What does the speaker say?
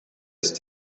ist